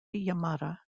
yamada